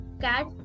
cat